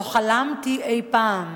לא חלמתי אי-פעם